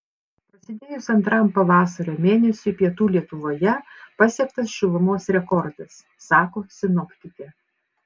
prasidėjus antram pavasario mėnesiui pietų lietuvoje pasiektas šilumos rekordas sako sinoptikė